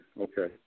okay